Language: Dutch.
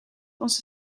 onze